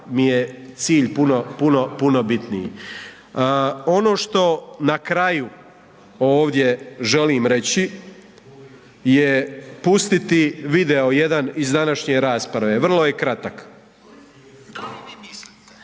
mi je cilj puno, puno bitniji. Ono što na kraju ovdje želim reći je pustiti video jedan iz današnje rasprave, vrlo je kratak. …/Puštanje